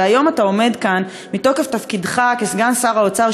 והיום אתה עומד כאן מתוקף תפקידך כסגן שר האוצר,